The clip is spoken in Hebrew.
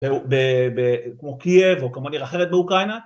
כמו קייב או כמו עיר אחרת באוקריינה